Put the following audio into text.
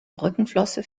rückenflosse